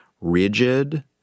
rigid